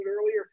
earlier